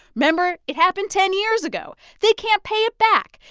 remember it happened ten years ago. they can't pay it back.